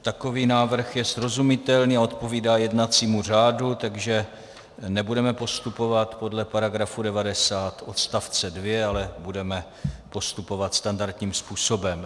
Takový návrh je srozumitelný a odpovídá jednacímu řádu, takže nebudeme postupovat podle § 90 odst. 2, ale budeme postupovat standardním způsobem.